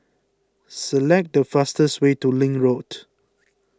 select the fastest way to Link Road